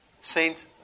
Saint